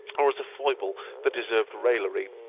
or as a foible that deserved raillery,